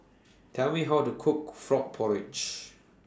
Tell Me How to Cook Frog Porridge